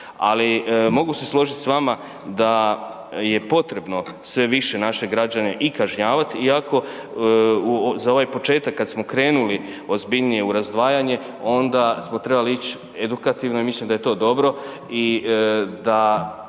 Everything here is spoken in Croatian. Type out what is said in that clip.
Ali mogu se složiti s vama da je potrebno sve više naše građane i kažnjavati, iako za ovaj početak kada smo krenuli ozbiljnije u razdvajanje onda smo trebali ići edukativno i mislim da je to dobro